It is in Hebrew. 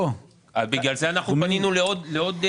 לכן פנינו לעוד.